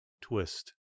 twist